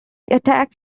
attacks